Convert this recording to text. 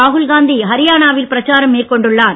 ராகுல்காந்தி ஹரியானாவில் பிரச்சாரம் மேற்கொண்டுள்ளார்